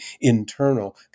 internal